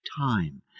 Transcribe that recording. Time